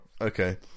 okay